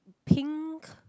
pink